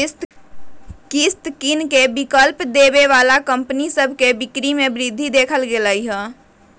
किस्त किनेके विकल्प देबऐ बला कंपनि सभ के बिक्री में वृद्धि देखल गेल हइ